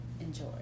enjoy